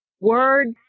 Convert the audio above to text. words